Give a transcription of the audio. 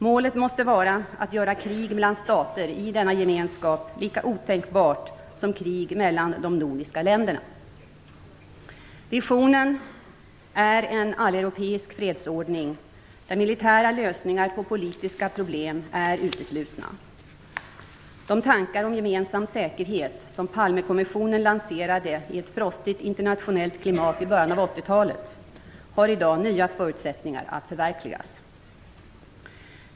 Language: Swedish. Målet måste vara att göra krig mellan stater i denna gemenskap lika otänkbart som krig mellan de nordiska länderna. Visionen är en alleuropeisk fredsordning där militära lösningar på politiska problem är uteslutna. De tankar om gemensam säkerhet som Palmekommissionen lanserade i ett frostigt internationellt klimat i början av 1980-talet har i dag nya förutsättningar att förverkligas.